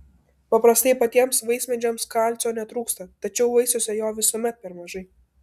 paprastai patiems vaismedžiams kalcio netrūksta tačiau vaisiuose jo visuomet per mažai